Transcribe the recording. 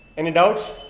any doubts?